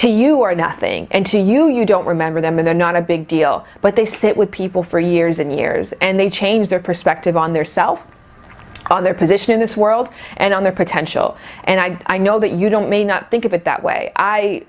to you or nothing and to you you don't remember them and they're not a big deal but they sit with people for years and years and they change their perspective on their self on their position in this world and on their potential and i i know that you don't may not think of it that way i